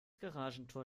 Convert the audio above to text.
garagentor